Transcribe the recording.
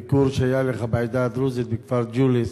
בביקור שהיה לך בעדה הדרוזית בכפר ג'וליס.